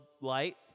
Light